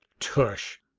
tush!